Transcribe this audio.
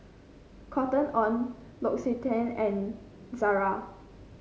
Cotton On L'Occitane and Zara